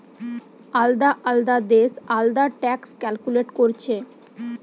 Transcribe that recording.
আলদা আলদা দেশ আলদা ট্যাক্স ক্যালকুলেট কোরছে